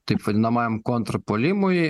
taip vadinamajam kontrpuolimui